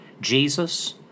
Jesus